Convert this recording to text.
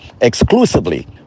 exclusively